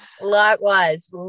Likewise